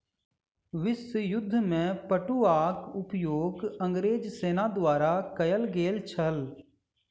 विश्व युद्ध में पटुआक उपयोग अंग्रेज सेना द्वारा कयल गेल छल